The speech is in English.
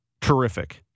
terrific